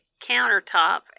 countertop